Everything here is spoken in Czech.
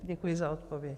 Děkuji za odpověď.